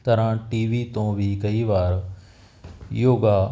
ਤਰਾਂ ਟੀਵੀ ਤੋਂ ਵੀ ਕਈ ਵਾਰ ਯੋਗਾ